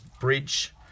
bridge